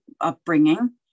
upbringing